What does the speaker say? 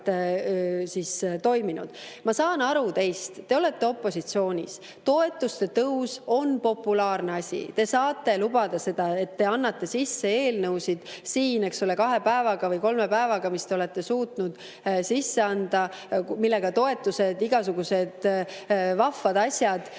Ma saan aru teist. Te olete opositsioonis. Toetuste tõus on populaarne asi. Te saate lubada seda, et te annate sisse eelnõusid siin, eks ole, kahe päevaga või kolme päevaga, mis te olete suutnud sisse anda, millega toetused, igasugused vahvad asjad,